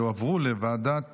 לוועדת